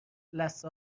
لثه